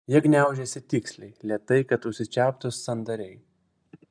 jie gniaužiasi tiksliai lėtai kad užsičiauptų sandariai